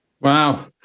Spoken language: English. Wow